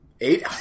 Eight